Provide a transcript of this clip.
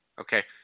Okay